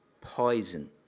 poison